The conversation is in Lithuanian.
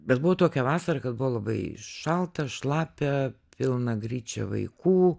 bet buvo tokia vasara kad buvo labai šalta šlapia pilna gryčia vaikų